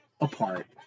apart